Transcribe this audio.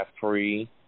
free